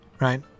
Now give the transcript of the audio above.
Right